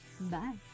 Bye